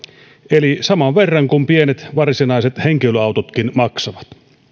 eli saman verran kuin pienet varsinaiset henkilöautotkin maksavat